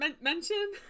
mention